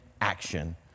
action